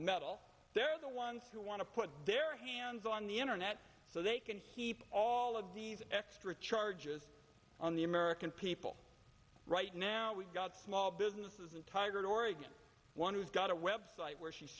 meddle they're the ones who want to put their hands on the internet so they can keep all of these extra charges on the american people right now we've got small businesses in tigard oregon one who's got a web site where she